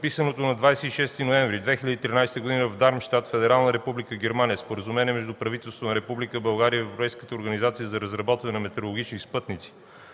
подписаното на 26 ноември 2013 г. в Дармщат, Федерална република Германия, Споразумение между правителството на Република България и Европейската организация за разработване на метеорологични спътници